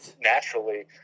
naturally